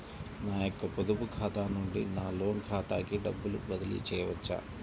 నా యొక్క పొదుపు ఖాతా నుండి నా లోన్ ఖాతాకి డబ్బులు బదిలీ చేయవచ్చా?